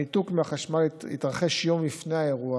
הניתוק מהחשמל התרחש יום לפני האירוע